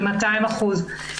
במאתיים אחוז.